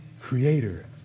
creator